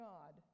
God